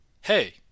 hey